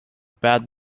bad